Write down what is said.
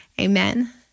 Amen